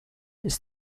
ist